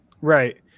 Right